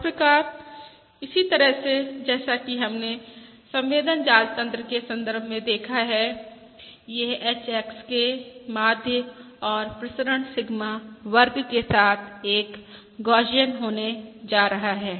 इस प्रकार इसी तरह से जैसा कि हमने संवेदन जाल तन्त्र के संदर्भ में देखा है यह HXK माध्य और प्रसरण सिग्मा वर्ग के साथ एक गौसियन होने जा रहा है